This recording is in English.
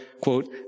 quote